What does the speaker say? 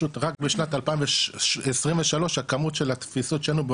רק בשנת 2023 הכמות של התפיסות שלנו,